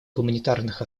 гуманитарных